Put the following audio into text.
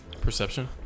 Perception